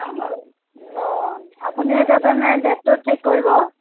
অ' আপুনি এতিয়া তেনে ডে'টটো ঠিক কৰিব